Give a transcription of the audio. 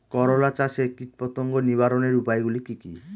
করলা চাষে কীটপতঙ্গ নিবারণের উপায়গুলি কি কী?